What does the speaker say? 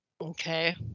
Okay